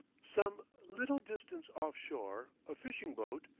some little distance offshore a fishing-boat,